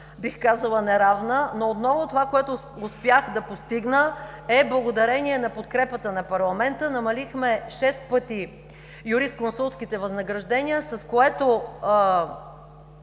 бих казала, неравна, но отново това, което успях да постигна, е благодарение на подкрепата на парламента. Намалихме шест пъти юрисконсултските възнаграждения, с което